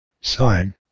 sign